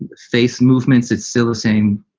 and face movements. it's still the same.